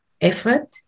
effort